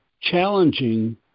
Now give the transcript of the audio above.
challenging